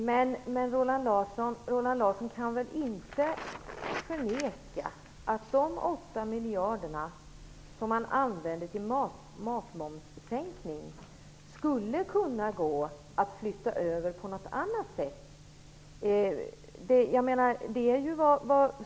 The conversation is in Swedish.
Herr talman! Roland Larsson kan väl inte förneka att de 8 miljarder som man använder till matmomssänkning skulle kunna gå att flytta över till något annat.